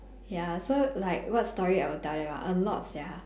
ya so like what story I'll tell them a lot sia